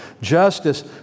Justice